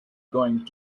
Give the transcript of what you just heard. going